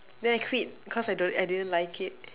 then I quit cause I don't I didn't like it